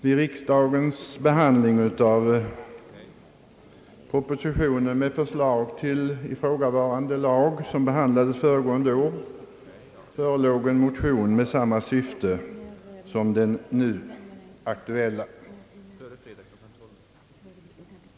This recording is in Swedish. Vid riksdagens behandling av den proposition med förslag till ifrågavarande lag, som behandlades föregående år, förelåg en motion med samma syfte som den nu aktuella.